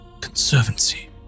Conservancy